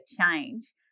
change